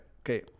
Okay